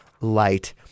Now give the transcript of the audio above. Light